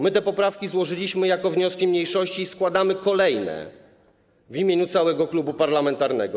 My te poprawki złożyliśmy jako wnioski mniejszości i składamy kolejne w imieniu całego klubu parlamentarnego.